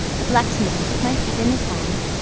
the blacksmith took my feet in his hand,